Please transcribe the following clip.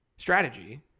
strategy